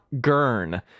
Gurn